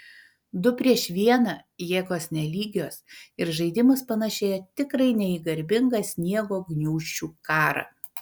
du prieš vieną jėgos nelygios ir žaidimas panašėjo tikrai ne į garbingą sniego gniūžčių karą